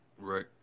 Right